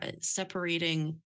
separating